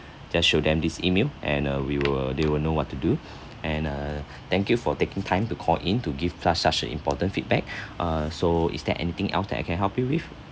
just show them this email and uh we will they will know what to do and uh thank you for taking time to call in to give pass such a important feedback uh so is there anything else that I can help you with